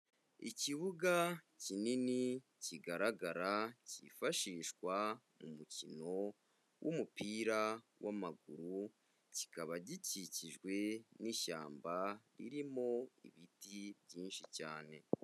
Ikibuga kinini kigaragara cyifashishwa mu mukino w'umupira w'amaguru, kikaba gikikijwe n'ishyamba ririmo ibiti byinshi cyane.